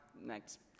Next